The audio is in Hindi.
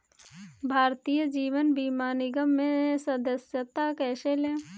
भारतीय जीवन बीमा निगम में सदस्यता कैसे लें?